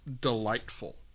delightful